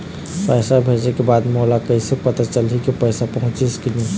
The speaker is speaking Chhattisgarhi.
पैसा भेजे के बाद मोला कैसे पता चलही की पैसा पहुंचिस कि नहीं?